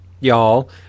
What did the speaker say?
y'all